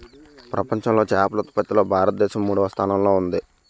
ప్రపంచంలో చేపల ఉత్పత్తిలో భారతదేశం మూడవ స్థానంలో ఉంది